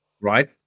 Right